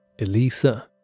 ELISA